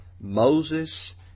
Moses